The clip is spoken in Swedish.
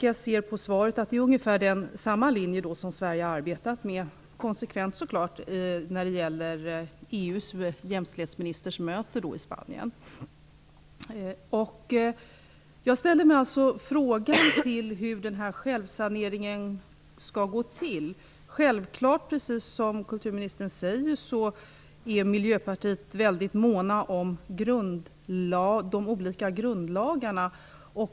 Jag ser av svaret att det är ungefär samma linje som Sverige konsekvent har arbetat med när det gäller Jag ställer mig frågande inför hur denna självsanering skall gå till. Precis som kulturministern säger är vi i Miljöpartiet självfallet väldigt måna om de olika grundlagarna.